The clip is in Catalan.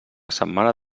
setmana